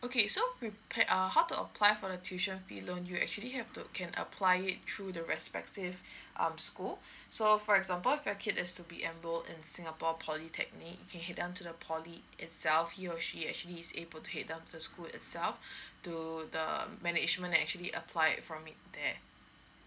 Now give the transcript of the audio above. okay so prepare err how to apply for the tuition fee loan you actually have to can apply it through the respective um school so for example if your kid is to be enroll in singapore polytechnic you can head down to the poly itself he or she actually is able to head down to the school itself to the management actually apply it from it there